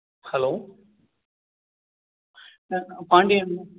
hello பாண்டியனா